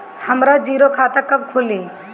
हमरा जीरो खाता कब खुली?